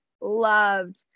loved